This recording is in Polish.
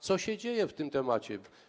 Co się dzieje w tym temacie?